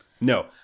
No